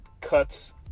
cuts